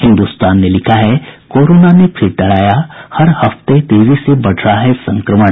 हिन्दुस्तान ने लिखा है कोरोना ने फिर डराया हर हफ्ते तेजी से बढ़ रहा है संक्रमण